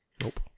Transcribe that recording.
Nope